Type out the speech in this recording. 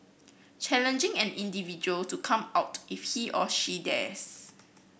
challenging an individual to come out if he or she dares